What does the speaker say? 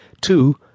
Two